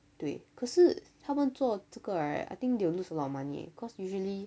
对可是他们做这个 right I think they will lose a lot of money cause usually